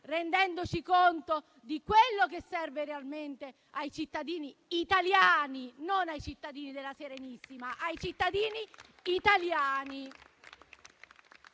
rendendoci conto di quello che serve realmente ai cittadini italiani e non a quelli della Serenissima e ripeto ma ai cittadini italiani.